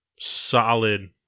solid